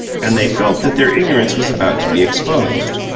and they felt that their ignorance was about to be exposed.